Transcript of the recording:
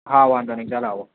હાં વાંધો નઈ કલ આવો